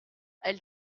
elle